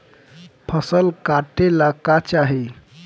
फसल काटेला का चाही?